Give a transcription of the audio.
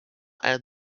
and